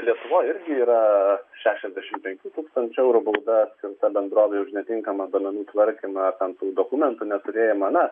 lietovoj irgi yra šešiasdešimt penkių tūkstančių eurų bauda skirta bendrovei už netinkamą duomenų tvarkymą ten tų dokumentų neturėjimą na